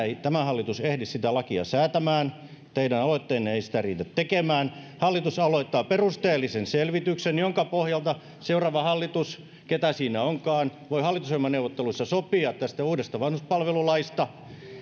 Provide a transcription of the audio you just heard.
ei tämä hallitus ehdi sitä lakia säätämään ja teidän aloitteenne ei sitä riitä tekemään perusteellisen selvityksen jonka pohjalta seuraava hallitus ketä siinä onkaan voi hallitusohjelmaneuvotteluissa sopia uudesta vanhuspalvelulaista